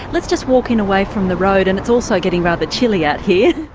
let's just walk in away from the road and it's also getting rather chilly out here.